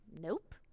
Nope